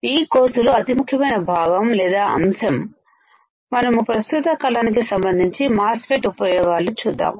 ఇది ఈ కోర్సు లో అతిముఖ్యమైన భాగం లేదా అంశం మనము ప్రస్తుత కాలానికి సంబంధించి మాస్ఫెట్ ఉపయోగాలు చూద్దాము